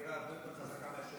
זו אמירה הרבה יותר חזקה מאשר